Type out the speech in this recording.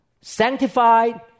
Sanctified